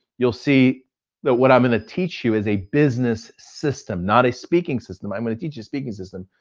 you'll see that what i'm gonna teach you is a business system, not a speaking system. i'm gonna teach a speaking system